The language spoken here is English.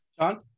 John